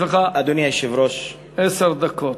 יש לך עשר דקות.